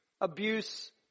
abuse